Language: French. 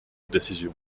décision